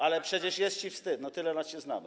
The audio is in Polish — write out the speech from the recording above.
Ale przecież jest ci wstyd, tyle lat się znamy.